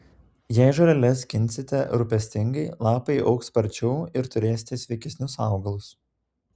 jei žoleles skinsite rūpestingai lapai augs sparčiau ir turėsite sveikesnius augalus